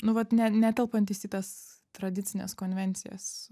nu vat ne netelpantis į tas tradicines konvencijas